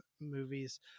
movies